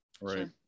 Right